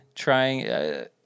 trying